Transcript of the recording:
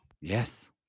Yes